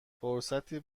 فرصتی